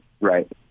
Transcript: right